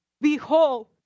Behold